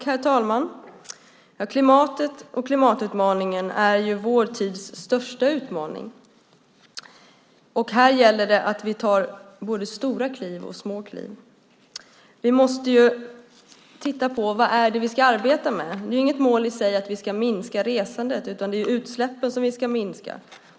Herr talman! Klimatet och klimatutmaningen är vår tids största utmaning, och här gäller det att vi tar både stora och små kliv. Vi måste titta på vad vi ska arbeta med. Det är inget mål i sig att vi ska minska resandet, utan det är utsläppen som vi ska minska.